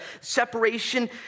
separation